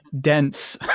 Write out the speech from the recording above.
dense